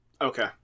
Okay